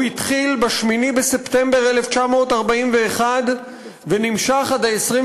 הוא התחיל ב-8 בספטמבר 1941 ונמשך עד 27